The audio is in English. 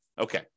Okay